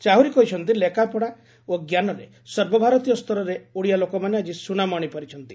ସେ ଆହୁରି କହିଛନ୍ତି ଲେଖାପଢ଼ା ଓ ସର୍ବଭାରତୀୟ ସ୍ତରରେ ଓଡ଼ିଆ ଲୋକମାନେ ଆକି ସ୍ବନାମ ଆଶିପାରିଛନ୍ତି